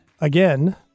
again